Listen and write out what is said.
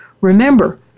Remember